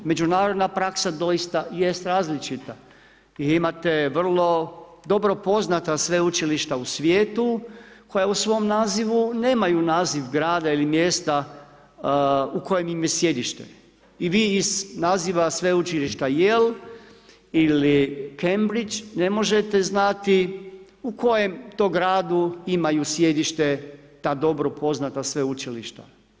Međunarodna praksa doista jest doista jest različita, imate vrlo dobro poznata sveučilišta u svijetu koja u svom nazovu nemaju naziv grada ili mjesta u kojem im je sjedište i vi iz naziva sveučilišta Yale ili Cambridge, ne možete znati u kojem to gradu imaju sjedište ta dobro poznata sveučilišta.